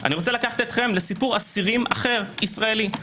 סיפור אסירים אחר, ישראלי.